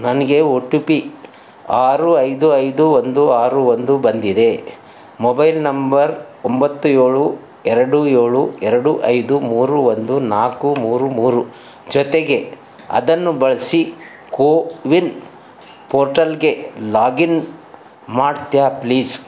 ನನಗೆ O T P ಆರು ಐದು ಐದು ಒಂದು ಆರು ಒಂದು ಬಂದಿದೆ ಮೊಬೈಲ್ ನಂಬರ್ ಒಂಬತ್ತು ಏಳು ಎರಡು ಏಳು ಎರಡು ಐದು ಮೂರು ಒಂದು ನಾಲ್ಕು ಮೂರು ಮೂರು ಜೊತೆಗೆ ಅದನ್ನು ಬಳಸಿ ಕೋವಿನ್ ಪೋರ್ಟಲ್ಗೆ ಲಾಗಿನ್ ಮಾಡ್ತೀಯಾ ಪ್ಲೀಸ್